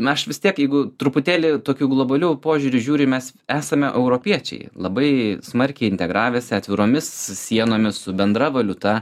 aš vis tiek jeigu truputėlį tokiu globaliu požiūriu žiūrim mes esame europiečiai labai smarkiai integravęsi atviromis sienomis su bendra valiuta